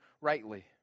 rightly